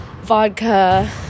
vodka